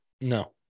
No